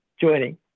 joining